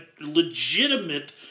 legitimate